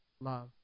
love